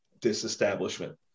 disestablishment